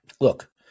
Look